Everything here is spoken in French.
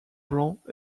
blancs